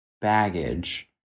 baggage